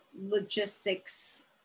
logistics